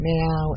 now